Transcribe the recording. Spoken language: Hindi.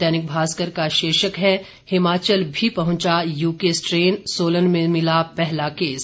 दैनिक भास्कर का शीर्षक है हिमाचल भी पहुंचा यूके स्ट्रेन सोलन में मिला पहला केस